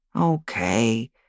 Okay